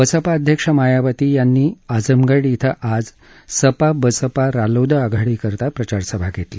बसपा अध्यक्ष मायावती यांनी आजमगढ श्व आज सप बसप रालोद आघाडीकरता प्रचारसभा घेतली